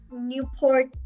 Newport